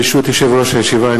ברשות יושב-ראש הישיבה,